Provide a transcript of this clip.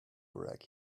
greg